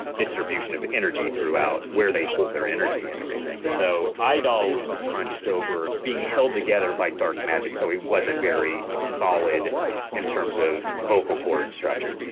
distribution of energy throughout. where they hold their energy and everything. so idol was hunched over, being held together by dark magic, so he wasn't very solid in terms of vocal cord structure